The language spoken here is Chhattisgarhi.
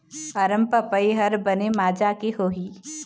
अरमपपई हर बने माजा के होही?